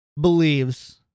believes